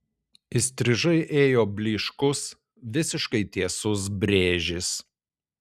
įstrižai ėjo blyškus visiškai tiesus brėžis